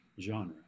genre